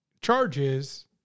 charges